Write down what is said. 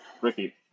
Ricky